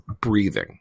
breathing